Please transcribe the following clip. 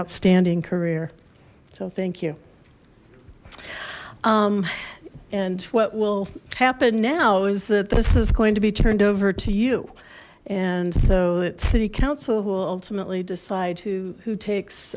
outstanding career so thank you and what will happen now is that this is going to be turned over to you and so the city council will ultimately decide who takes